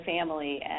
family